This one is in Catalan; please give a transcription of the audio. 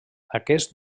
aquests